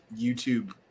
YouTube